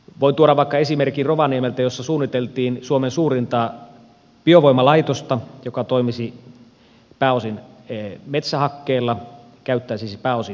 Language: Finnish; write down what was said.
voin tuoda esimerkin vaikka rovaniemeltä jossa suunniteltiin suomen suurinta biovoimalaitosta joka toimisi pääosin metsähakkeella käyttäisi siis pääosin metsähaketta